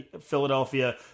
Philadelphia